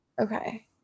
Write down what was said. okay